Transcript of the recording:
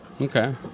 Okay